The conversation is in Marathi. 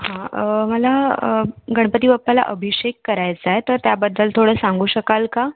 हां मला गणपती बाप्पाला अभिषेक करायचा आहे तर त्याबद्दल थोडं सांगू शकाल का